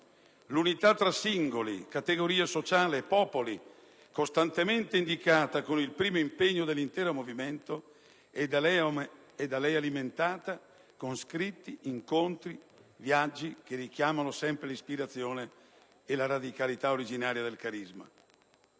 L'unità tra singoli, categorie sociali e popoli, costantemente indicata come il primo impegno dell'intero movimento, è da lei alimentata con scritti, incontri e viaggi che richiamano sempre l'ispirazione e la radicalità originaria del carisma.